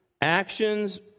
actions